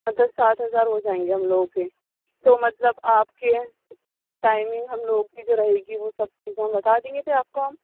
مطلب سات ہزار ہو جائیں گے ہم لوگوں کے تو مطلب آپ کے ٹائمنگ ہم لوگوں کی جو رہے گی وہ سب چیزیں ہم بتا دیں گے پھر آپ کو ہم